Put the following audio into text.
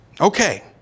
Okay